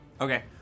Okay